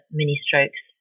mini-strokes